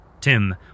Tim